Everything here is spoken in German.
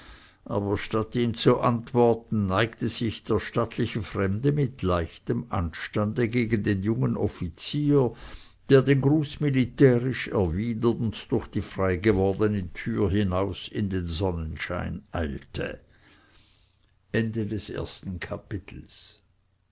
aber statt ihm zu antworten neigte sich der stattliche fremde mit leichtem anstande gegen den jungen offizier der den gruß militärisch erwidernd durch die frei gewordene tür hinaus in den sonnenschein eilte